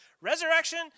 resurrection